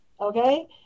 Okay